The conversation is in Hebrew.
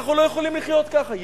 אנחנו לא יכולים לחיות ככה.